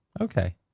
okay